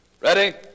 Ready